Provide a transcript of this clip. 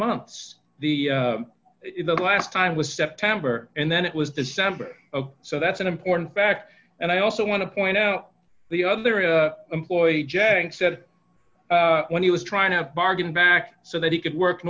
months the the last time was september and then it was december so that's an important fact and i also want to point out the other employee jay said when he was trying to bargain back so that he could work